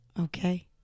Okay